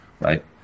right